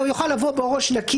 אלא הוא יוכל לבוא בראש נקי.